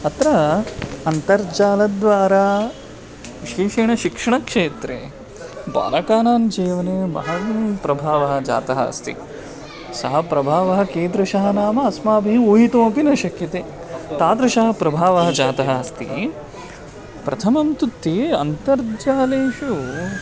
अत्र अन्तर्जालद्वारा विशेषेण शिक्षणक्षेत्रे बालकानां जीवने महान् प्रभावः जातः अस्ति सः प्रभावः कीदृशः नाम अस्माभिः ऊहितोपि न शक्यते तादृशः प्रभावः जातः अस्ति प्रथमं तु ते अन्तर्जालेषु